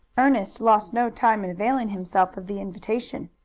ernest lost no time in availing himself of the invitation.